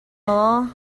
maw